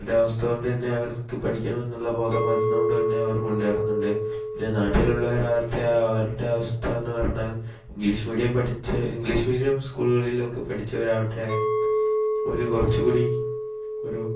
അവരുടെ അവസ്ഥകൊണ്ട് തന്നെ അവർക്ക് പഠിക്കണമെന്നുള്ള ബോധം വരുന്നത് കൊണ്ട് തന്നെ അവർ മുന്നേറുന്നുണ്ട് പിന്നെ നാട്ടിലുള്ളവരാകട്ടെ അവരുടെ അവസ്ഥയെന്ന് പറഞ്ഞാൽ ഇംഗ്ലീഷ് മീഡിയം പഠിച്ച ഇംഗ്ലീഷ് മീഡിയം സ്കൂളുകളിലൊക്കെ പഠിച്ചവരാകട്ടെ ഓർക്ക് കുറച്ചും കൂടി ഒരു